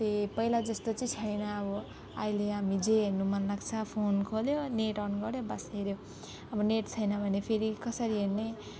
त्यही पहिला जस्तो चाहिँ छैन अब अहिले हामी जे हेर्नु मन लाग्छ फोन खोल्यो नेट अन गर्यो बस हेर्यो अब नेट छैन भने फेरि कसरी हेर्ने